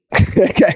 Okay